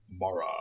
Mara